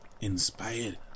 inspired